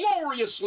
gloriously